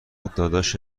داداش